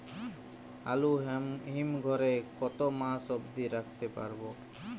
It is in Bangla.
আলু হিম ঘরে কতো মাস অব্দি রাখতে পারবো?